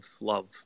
love